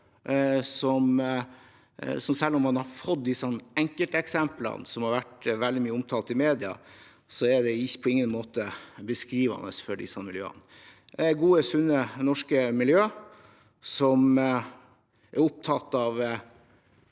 Selv om man har fått de enkelteksemplene som har vært veldig mye omtalt i media, er det på ingen måte beskrivende for disse miljøene. Det er gode, sunne, norske miljø som er opptatt av